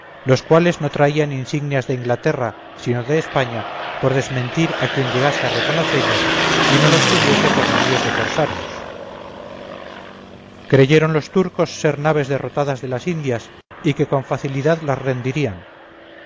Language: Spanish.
los cuales no traían insignias de inglaterra sino de españa por desmentir a quien llegase a reconocellos y no los tuviese por navíos de corsarios creyeron los turcos ser naves derrotadas de las indias y que con facilidad las rendirían